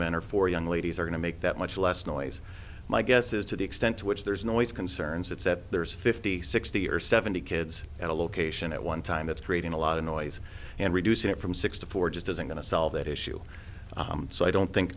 men or for young ladies are going to make that much less noise my guess is to the extent to which there's noise concerns that said there's fifty sixty or seventy kids at a location at one time that's creating a lot of noise and reducing it from six to four just isn't going to solve that issue so i don't think